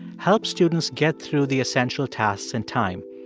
help students get through the essential tasks in time?